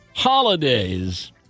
Holidays